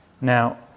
Now